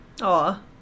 Aw